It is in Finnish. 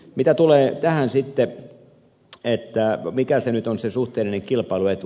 mitä tulee tähän sitten mikä nyt on se suhteellinen kilpailuetu